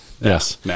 Yes